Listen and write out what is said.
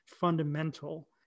fundamental